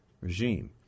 regime